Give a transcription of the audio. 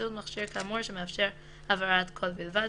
באמצעות מכשיר כאמור שמאפשר העברת קול בלבד,